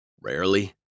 Rarely